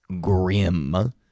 grim